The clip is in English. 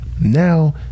Now